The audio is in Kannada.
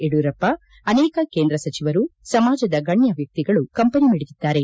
ಯಡಿಯೂರಪ್ಪ ಆನೇಕ ಕೇಂದ್ರ ಸಚಿವರು ಸಮಾಜದ ಗಣ್ಣ ವ್ಯಕ್ತಿಗಳು ಕಂಬನಿ ಮಿಡಿದಿದ್ದಾರೆ